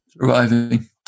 Surviving